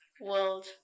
world